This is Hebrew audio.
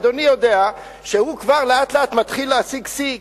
אדוני יודע שהוא כבר לאט לאט מתחיל להשיג שיא,